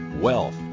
wealth